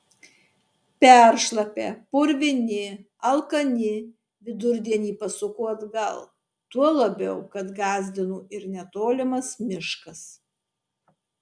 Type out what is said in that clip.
peršlapę purvini alkani vidurdienį pasuko atgal tuo labiau kad gąsdino ir netolimas miškas